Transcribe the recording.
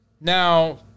Now